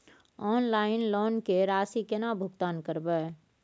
Online loan के राशि केना भुगतान करबे?